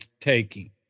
taking